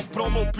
Promo